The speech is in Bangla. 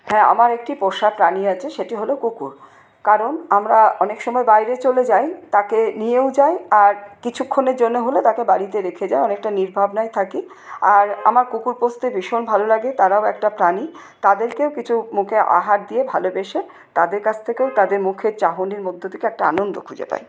হ্যাঁ আমার একটি পোষা প্রাণী আছে সেটি হল কুকুর কারণ আমরা অনেক সময় বাইরে চলে যাই তাকে নিয়েও যাই আর কিছুক্ষণের জন্য হলে তাকে বাড়িতে রেখে যাই অনেকটা নির্ভাবনায় থাকি আর আমার কুকুর পুষতে ভীষণ ভালো লাগে তারাও একটা প্রাণী তাদেরকেও কিছু মুখে আহার দিয়ে ভালোবেসে তাদের কাছ থেকেও তাদের মুখের চাহনির মধ্য থেকে একটা আনন্দ খুঁজে পাই